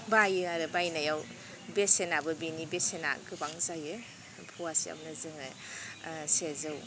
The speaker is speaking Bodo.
बायो आरो बायनायाव बेसेनाबो बेनि बेसेना गोबां जायो फ'वासेयावनो जोङो सेजौ